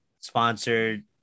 sponsored